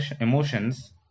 emotions